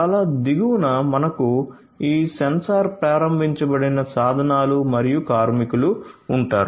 చాలా దిగువన మనకు ఈ సెన్సార్ ప్రారంభించబడిన సాధనాలు మరియు కార్మికులు ఉంటారు